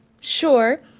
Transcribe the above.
Sure